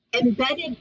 embedded